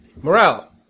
Morale